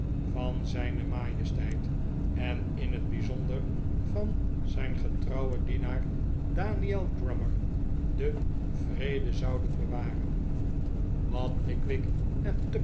van zijne majesteit en in het bijzonder van zijn getrouwen dienaar daniel grummer den vrede zouden bewaren wat pickwick